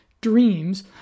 dreams